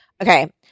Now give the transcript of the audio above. Okay